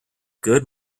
good